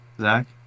Zach